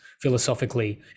philosophically